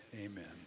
amen